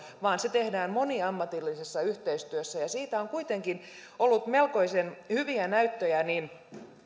vaan se tehdään moniammatillisessa yhteistyössä ja siitä on kuitenkin ollut melkoisen hyviä näyttöjä